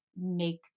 make